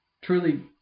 truly